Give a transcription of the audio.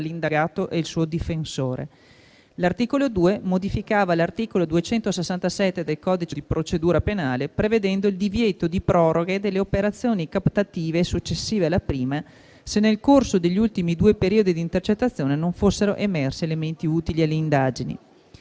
L'articolo 2 modificava l'articolo 267 del codice di procedura penale, prevedendo il divieto di proroghe delle operazioni captative successive alla prima, se nel corso degli ultimi due periodi di intercettazione non fossero emersi elementi utili alle indagini.